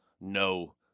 no